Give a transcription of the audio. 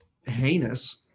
heinous